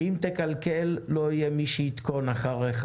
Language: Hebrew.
שאם תקלקל, לא יהיה מי שיתקן אחריך.